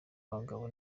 abagabo